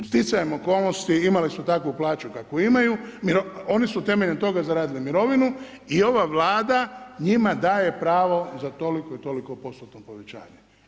Sticajem okolnosti imali su takvu plaću kakvu imaju, oni su temeljem toga zaradili mirovinu, i ova Vlada njima daje pravo za toliko i toliko postotno povećanje.